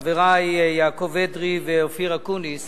וחברי יעקב אדרי ואופיר אקוניס